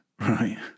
right